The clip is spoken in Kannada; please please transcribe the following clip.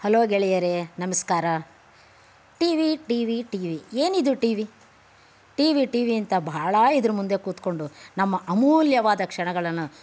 ಹಲೋ ಗೆಳೆಯರೇ ನಮಸ್ಕಾರ T V T V T V ಏನಿದು T V T V T V ಡು ನಮ್ಮ ಅಮೂಲ್ಯವಾದ ಕ್ಷಣಗಳನ್ನು